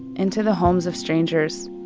into the homes of strangers.